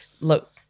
look